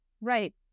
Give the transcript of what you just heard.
Right